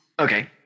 Okay